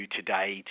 today